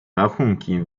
rachunki